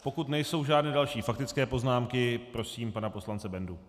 Pokud nejsou žádné další faktické poznámky, prosím pana poslance Bendu.